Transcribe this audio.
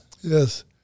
Yes